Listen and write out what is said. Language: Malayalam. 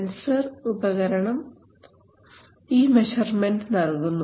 സെൻസർ ഉപകരണം ഈ മെഷർമെൻറ് നൽകുന്നു